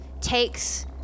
takes